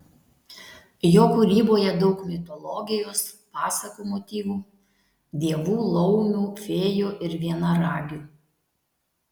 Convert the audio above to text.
jo kūryboje daug mitologijos pasakų motyvų dievų laumių fėjų ir vienaragių